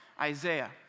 Isaiah